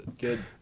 Good